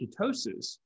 ketosis